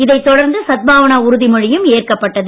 இதை தொடர்ந்து சத்பாவானா உறுதி மொழியும் ஏற்கப்பட்டது